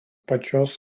pačios